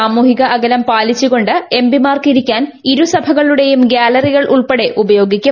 സാമൂഹിക അകലം പാലിച്ചു കൊണ്ട് എംപിമാർക്ക് ഇരിക്കാൻ ഇരുസഭകളുടെയും ഗാലറികൾ ഉൾപ്പെടെ ഉപയോഗിക്കും